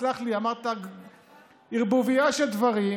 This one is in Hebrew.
סלח לי, אמרת ערבוביה של דברים,